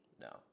No